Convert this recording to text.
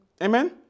Amen